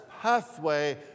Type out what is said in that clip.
pathway